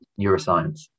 neuroscience